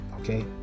Okay